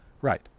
Right